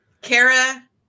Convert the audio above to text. kara